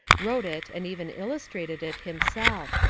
wrote it, and even illustrated it, himself.